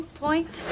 point